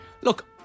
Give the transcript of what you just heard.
Look